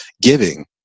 giving